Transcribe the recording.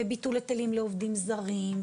בביטול היטלים לעובדים זרים,